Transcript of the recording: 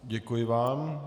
Děkuji vám.